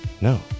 No